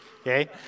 okay